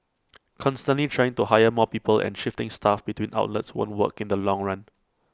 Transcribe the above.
constantly trying to hire more people and shifting staff between outlets won't work in the long run